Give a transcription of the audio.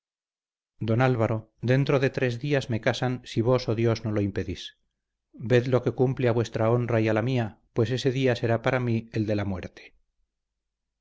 don álvaro dentro de tres días me casan si vos o dios no lo impedís ved lo que cumple a vuestra honra y a la mía pues ese día será para mí el de la muerte